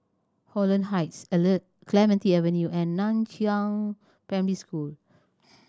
Holland Heights Clementi Avenue and Nan Chiau Primary School